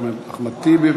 חבר הכנסת אחמד טיבי,